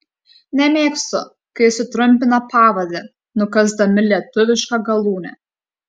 nemėgstu kai sutrumpina pavardę nukąsdami lietuvišką galūnę